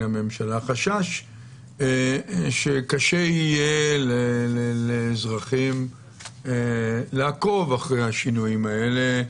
הממשלה שקשה יהיה לאזרחים לעקוב אחרי השינויים האלה,